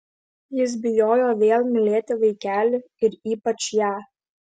jis bijojo vėl mylėti vaikelį ir ypač ją